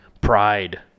pride